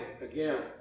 again